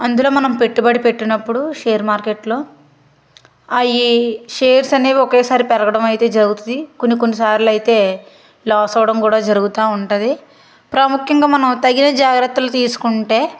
అందులో మనం పెట్టుబడి పెట్టినప్పుడు షేర్ మార్కెట్లో అవి షేర్స్ అనేవి ఒకేసారి పెరగడం అయితే జరుగుతుంది కొన్ని కొన్ని సార్లు అయితే లాస్ అవ్వడం కూడా జరుగుటు ఉంటుంది ప్రాముఖ్యంగా మనం తగిన జాగ్రత్తలు తీస్కుంటే